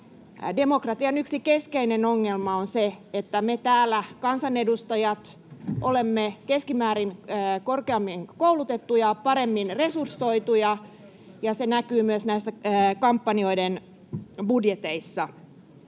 demokratian yksi keskeinen ongelma on se, että me täällä, kansanedustajat, olemme keskimäärin korkeammin koulutettuja ja paremmin resursoituja, ja se näkyy myös näissä kampanjoiden budjeteissa.